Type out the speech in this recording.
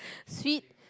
sweet